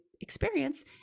experience